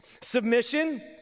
Submission